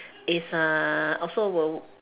is uh also will